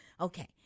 Okay